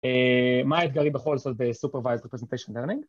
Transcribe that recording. מה האתגרים בכל זאת בסופרוויזר פרזנטיישן לרנינג?